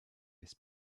this